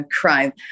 crime